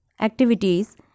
activities